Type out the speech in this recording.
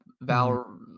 Val